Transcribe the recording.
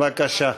בבקשה,